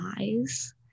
eyes